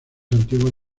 antiguas